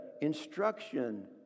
instruction